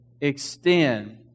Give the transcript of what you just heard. extend